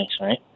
right